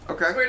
Okay